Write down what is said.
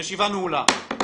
הישיבה נעולה.